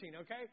okay